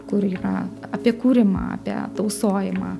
kur yra apie kūrimą apie tausojimą